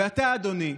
ואתה, אדוני,